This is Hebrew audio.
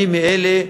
אני מאלה,